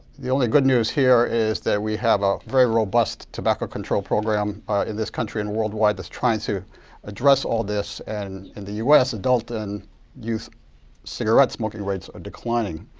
the only good news here is that we have a very robust tobacco control program in this country and worldwide that's trying to address all this. and in the us, adult and youth cigarette smoking rates are declining.